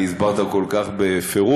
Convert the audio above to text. כי הסברת כל כך בפירוט.